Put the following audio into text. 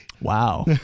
Wow